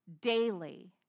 daily